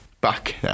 back